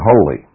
holy